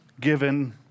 given